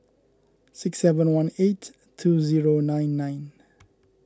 six seven one eight two zero nine nine